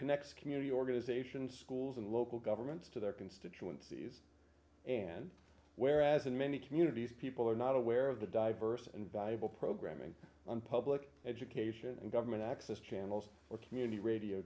connects community organizations schools and local governments to their constituencies and whereas in many communities people are not aware of the diverse and valuable programming on public education and government access channels or community radio